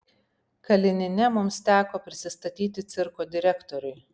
kalinine mums teko prisistatyti cirko direktoriui